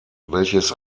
welches